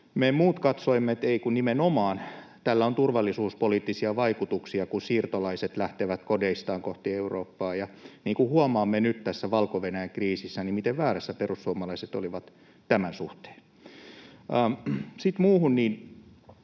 Me muut katsoimme, että nimenomaan tällä on turvallisuuspoliittisia vaikutuksia, kun siirtolaiset lähtevät kodeistaan kohti Eurooppaa. Ja huomaamme nyt tässä Valko-Venäjän kriisissä, miten väärässä perussuomalaiset olivat tämän suhteen. Sitten muuhun.